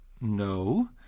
no